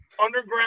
underground